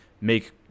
make